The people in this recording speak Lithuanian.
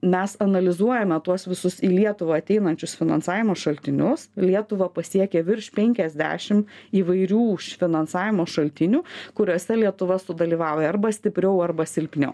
mes analizuojame tuos visus į lietuvą ateinančius finansavimo šaltinius lietuvą pasiekė virš penkiasdešim įvairių finansavimo šaltinių kuriuose lietuva sudalyvauja arba stipriau arba silpniau